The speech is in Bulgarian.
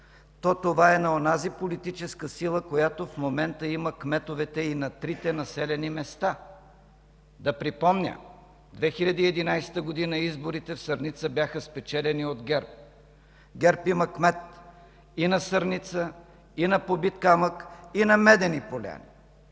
то това е на онази политическа сила, която в момента има кметовете и на трите населени места. Да припомня, през 2011 г. изборите в Сърница бяха спечелени от ГЕРБ – ГЕРБ има кмет и на Сърница, и на Побит камък, и на Медени поляни!